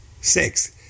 Six